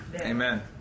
Amen